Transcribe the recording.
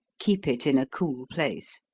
keep it in a cool place.